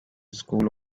school